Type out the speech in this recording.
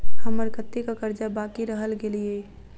हम्मर कत्तेक कर्जा बाकी रहल गेलइ?